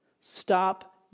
Stop